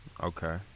Okay